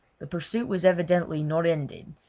the pursuit was evidently not ended,